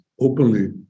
openly